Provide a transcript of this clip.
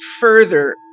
further